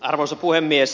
arvoisa puhemies